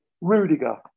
Rudiger